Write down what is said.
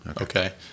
Okay